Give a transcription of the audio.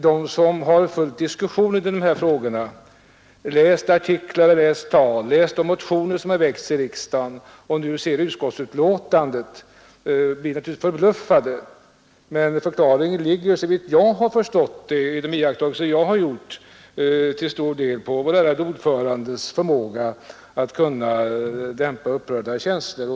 De som har följt diskussionen i dessa frågor, som har läst artiklar, tal och de motioner som har väckts i riksdagen och som nu ser civilutskottets betänkande, blir naturligtvis förbluffade, men förklaringen ligger såvitt jag har förstått genom de iakttagelser jag har gjort — till stor del i vår ärade ordförandes förmåga att dämpa upprörda känslor.